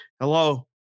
hello